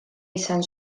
izan